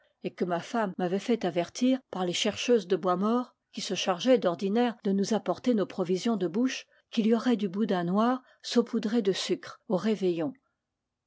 et que ma femme m'a vait fait avertir par les chercheuses de bois mort qui se chargeaient d'ordinaire de nous apporter nos provisions de bouche qu'il y aurait du boudin noir saupoudré de sucre au réveillon